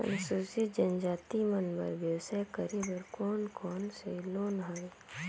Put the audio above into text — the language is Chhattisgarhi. अनुसूचित जनजाति मन बर व्यवसाय करे बर कौन कौन से लोन हवे?